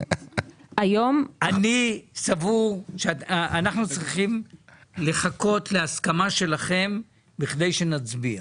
אני סבור שאנחנו צריכים לחכות להסכמה שלכם בכדי שנצביע,